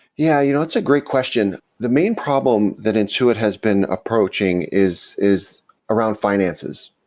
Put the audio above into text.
yeah. you know it's a great question. the main problem that intuit has been approaching is is around finances.